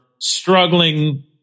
struggling